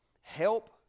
help